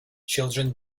children